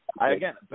Again